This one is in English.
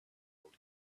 old